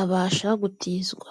abasha gutizwa.